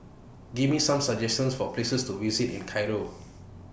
Give Me Some suggestions For Places to visit in Cairo